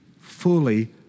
fully